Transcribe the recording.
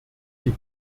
die